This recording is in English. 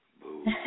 Boo